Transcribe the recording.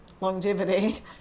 longevity